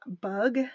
bug